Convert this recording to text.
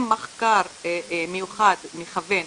עם מחקר מיוחד מכוון,